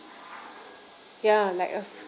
ya like a